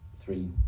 three